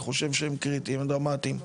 אני חשוב שהם קריטיים ודרמטיים,